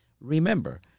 remember